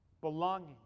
belonging